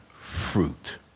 fruit